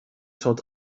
told